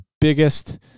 biggest